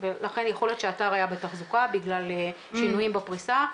לכן יכול להיות שהאתר היה בתחזוקה בגלל שינויים בפריסה.